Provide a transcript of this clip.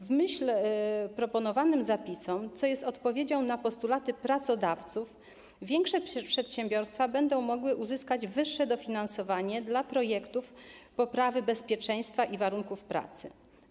W myśl proponowanych zapisów, co jest odpowiedzią na postulaty pracodawców, większe przedsiębiorstwa będą mogły uzyskać wyższe dofinansowanie dla projektów poprawy bezpieczeństwa i warunków pracy.